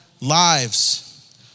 lives